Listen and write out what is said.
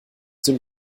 dem